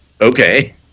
okay